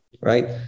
right